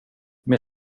med